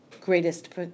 greatest